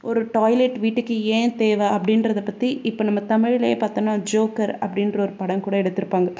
ஒரு டாய்லெட் வீட்டுக்கு ஏன் தேவை அப்டின்றதை பற்றி இப்போ நம்ம தமிழ்லேயே பார்த்தோன்னா ஜோக்கர் அப்படின்ற ஒரு படம் கூட எடுத்திருப்பாங்க